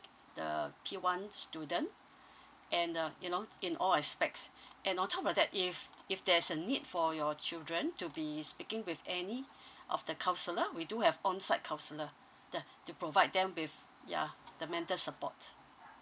the P one student and uh you know in all aspects and on top of that if if there's a need for your children to be speaking with any of the counsellor we do have on site counsellor uh to provide them with ya the mental support